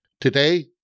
Today